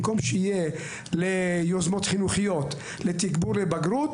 במקום שיהיה ליוזמות חינוכיות, לתגבורי בגרות